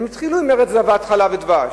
הם התחילו עם ארץ זבת חלב ודבש.